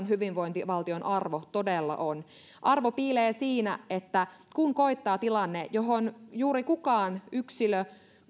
hyvinvointivaltion arvo todella on arvo piilee siinä että kun koittaa tilanne johon juuri kukaan yksilö